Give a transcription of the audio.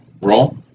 Roll